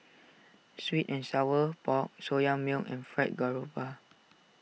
Sweet and Sour Pork Soya Milk and Fried Garoupa